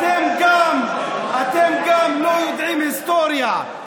אתם גם לא יודעים היסטוריה,